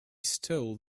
stole